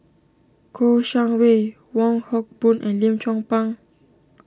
Kouo Shang Wei Wong Hock Boon and Lim Chong Pang